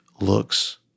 looks